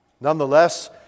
Nonetheless